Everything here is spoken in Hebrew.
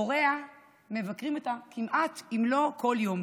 הוריה מבקרים אותה כמעט כל יום, אם לא כל יום.